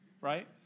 right